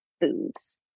foods